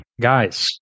Guys